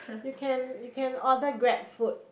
you can you can order grab food